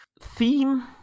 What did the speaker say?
theme